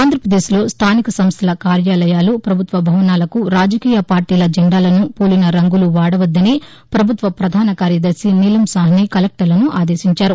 ఆంధ్రప్రదేశ్లో స్థానిక సంస్దల కార్యాలయాలు ప్రభుత్వ భవనాలకు రాజకీయ పార్టీల జెండాలను పోలిన రంగులు వాదొద్దని పభుత్వ పధాన కార్యదర్శి నీలం సాహ్ని కలెక్టర్లను ఆదేశించారు